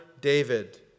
David